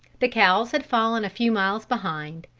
the cows had fallen a few miles behind,